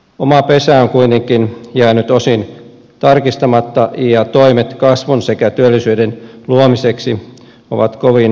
oma pesä on kuitenkin jäänyt osin tarkistamatta ja toimet kasvun sekä työllisyyden luomiseksi ovat kovin heiveröisiä